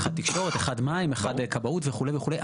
אחד תקשורת, אחד מים, כבאות וכו', וכו'.